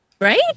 right